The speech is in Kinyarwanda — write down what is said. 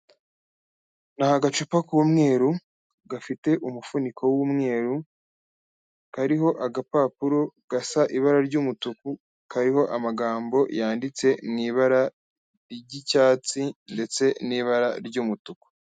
Ni agacupa k'umweru gafite umufuniko w'umweru, kariho agapapuro gasa ibara ry'umutuku, kariho amagambo yanditse mu ibara ry'icyatsi ndetse n'ibara ry'umutuku.